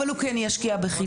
אבל הוא כן ישקיע בחינוך.